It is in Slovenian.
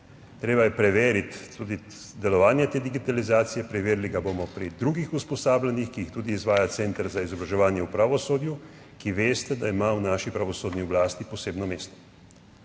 treba je preveriti tudi delovanje te digitalizacije, preverili ga bomo pri drugih usposabljanjih, ki jih tudi izvaja Center za izobraževanje v pravosodju, ki veste, da ima v naši pravosodni oblasti posebno mesto.